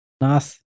Nice